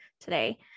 today